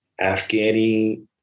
afghani